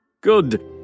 Good